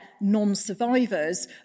non-survivors